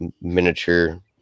miniature